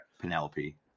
Penelope